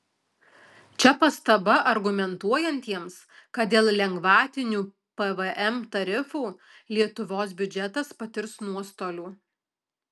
čia pastaba argumentuojantiems kad dėl lengvatinių pvm tarifų lietuvos biudžetas patirs nuostolių